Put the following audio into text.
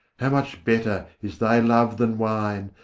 how much better is thy love than wine!